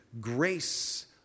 grace